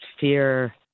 fear